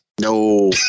No